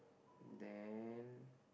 then